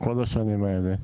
כל השנים האלה,